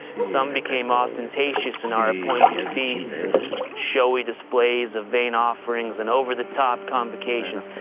some became ostentatious in our appointed feasts, and showy displays of vain offerings and over-the-top convocations.